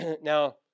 Now